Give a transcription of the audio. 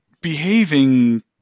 behaving